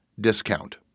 discount